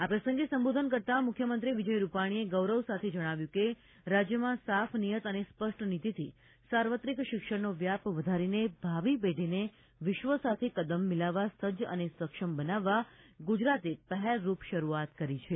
આ પ્રસંગે સંબોધન કરતાં મુખ્યમંત્રી વિજય રૂપાણીએ ગૌરવ સાથે જણાવ્યું કે રાજ્યમાં સાફ નિયત અને સ્પષ્ટ નીતિથી સાર્વત્રિક શિક્ષણનો વ્યાપ વધારીને ભાવિ પેઢીને વિશ્વ સાથે કદમ મિલાવવા સજજ અને સક્ષમ બનાવવા ગુજરાતે પહેલરૂપ શરૂઆત કરી છે